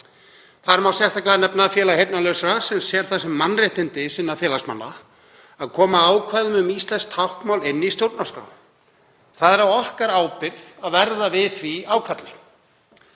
Þar má sérstaklega nefna Félag heyrnarlausra sem sér það sem mannréttindi félagsmanna sinna að koma ákvæðum um íslenskt táknmál inn í stjórnarskrá. Það er á okkar ábyrgð að verða við því ákalli.